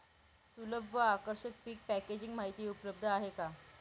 सुलभ व आकर्षक पीक पॅकेजिंग माहिती उपलब्ध आहे का?